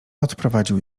odprowadził